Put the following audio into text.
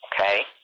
Okay